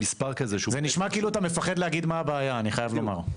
זה נשמע כאילו אתה מפחד להגיד מה הבעיה אני חייב לומר.